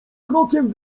krokiem